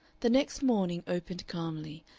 the next morning opened calmly,